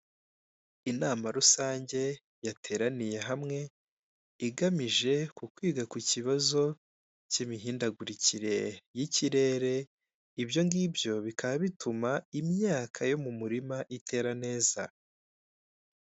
Inama rusange yatemberaniye hamwe igamije kukwiga ku kibazo cy'imihindagurikire y'ikirere, ibyo ngibyo bikaba bituma imyaka yo mu murima itera neza.